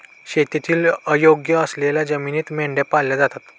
शेतीसाठी अयोग्य असलेल्या जमिनीत मेंढ्या पाळल्या जातात